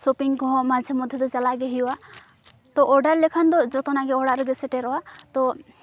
shopping ᱠᱚᱦᱚᱸ ᱢᱟᱡᱷᱮ ᱢᱚᱫᱫᱷᱮ ᱫᱚ ᱪᱟᱞᱟᱜ ᱜᱮ ᱦᱩᱭᱩᱜᱼᱟ ᱛᱚ ᱚᱰᱟᱨ ᱞᱮᱠᱷᱟᱱ ᱫᱚ ᱡᱚᱛᱚᱱᱟᱜ ᱜᱮ ᱚᱲᱟᱜ ᱨᱮᱜᱮ ᱥᱮᱴᱮᱨᱚᱜᱼᱟ ᱛᱚ